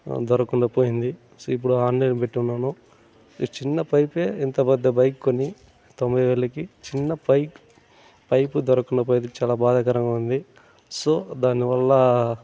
దొరకకుండా పోయింది సో ఇప్పుడు ఆన్లైన్ పెట్టి ఉన్నాను ఈ చిన్న పైపే ఇంత పెద్ద బైక్ కొని తొమ్మిది ఏళ్లకి చిన్న పైప్ పైప్ దొరకకుండా పోయింది చాలా బాధాకరంగా ఉంది సో దాని వల్ల